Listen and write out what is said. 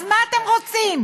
אז מה אתם רוצים,